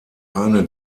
eine